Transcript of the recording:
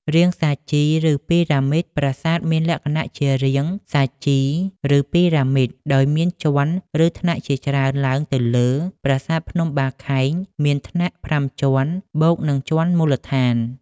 រាងសាជី ឬពីរ៉ាមីតប្រាសាទមានលក្ខណៈជា រាងសាជី ឬ ពីរ៉ាមីត ដោយមានជាន់ ឬថ្នាក់ជាច្រើនឡើងទៅលើ។ ប្រាសាទភ្នំបាខែង មានថ្នាក់៥ជាន់ បូកនឹងជាន់មូលដ្ឋាន។